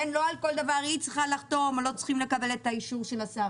לא על כל דבר היא צריכה לחתום ולא על כל דבר צריך לקבל את אישור השר,